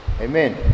Amen